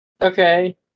Okay